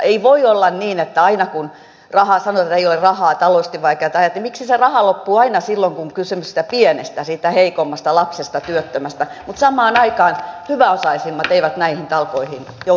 ei voi olla niin että aina kun sanotaan että ei ole rahaa on taloudellisesti vaikeat ajat niin se raha loppuu aina silloin kun on kysymys siitä pienestä siitä heikommasta lapsesta työttömästä mutta samaan aikaan hyväosaisimmat eivät näihin talkoisiin joudu osallistumaan